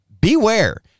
beware